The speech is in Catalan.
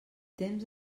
temps